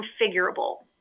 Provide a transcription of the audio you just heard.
configurable